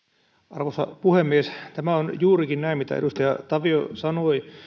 arvoisa puhemies tämä on juurikin näin kuin edustaja tavio sanoi